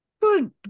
Good